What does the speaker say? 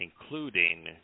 including